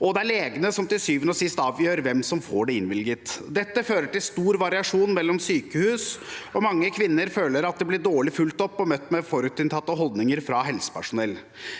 keisersnitt som til syvende og sist avgjør hvem som får det innvilget. Dette fører til stor variasjon mellom sykehus, og mange kvinner føler at de blir dårlig fulgt opp og møtt med forutinntatte holdninger fra helsepersonell.